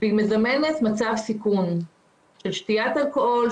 והיא מזמנת מצב סיכון של שתיית אלכוהול,